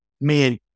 man